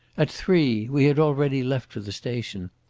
at three. we had already left for the station.